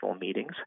meetings